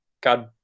God